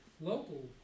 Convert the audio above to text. local